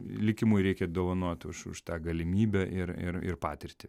likimui reikia dovanot už už tą galimybę ir ir ir patirtį